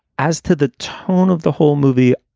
as to the tone of the whole movie.